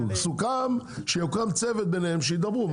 סוכם שיוקם צוות שידברו ביניהם.